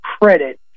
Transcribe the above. credit